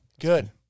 good